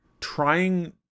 trying